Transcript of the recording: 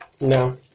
No